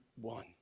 one